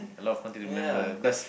a lot of content to remember because